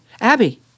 Abby